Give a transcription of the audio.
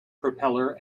propeller